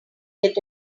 get